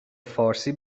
فارسی